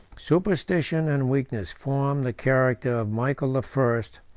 superstition and weakness formed the character of michael the first,